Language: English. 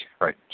Right